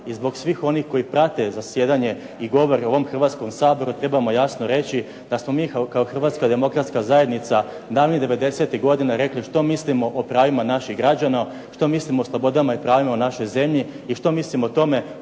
i zbog svih onih koji prate zasjedanje i govori u ovom Hrvatskom saboru trebamo jasno reći da smo mi kao Hrvatska demokratska zajednica davnih devedesetih godina rekli što mislimo o pravima naših građana, što mislimo o slobodama i pravima u našoj zemlji i što mislimo o tome